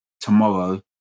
tomorrow